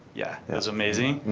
yeah, it was amazing.